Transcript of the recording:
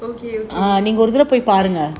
okay okay